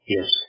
Yes